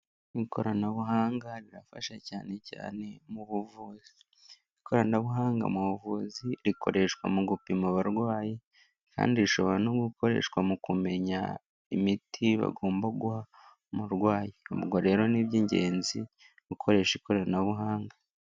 Ikoranabuhanga rirafasha cyane cyane mu buvuzi. Ikoranabuhanga mu buvuzi rikoreshwa mu gupima abarwayi kandi rishobora no gukoreshwa mu kumenya imiti bagomba guha umurwayi, ubwo rero ni iby'ingenzi gukoresha ikoranabuhanga.